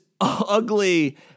ugly